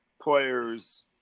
players